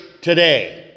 today